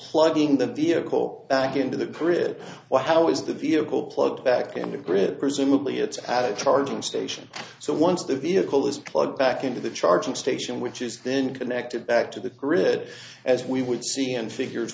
plugging the vehicle back into the grid well how is the vehicle plugged back into the grid presumably it's trudging station so once the vehicle is plugged back into the charging station which is then connected back to the grid as we would see and figure